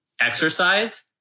exercise